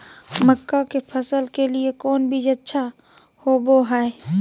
मक्का के फसल के लिए कौन बीज अच्छा होबो हाय?